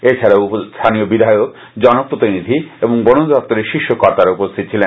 এছাড়াও স্থানীয় বিধায়ক জনপ্রতিনিধি এবং বনদফতরের শীর্ষ কর্তারা উপস্থিত ছিলেন